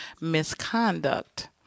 misconduct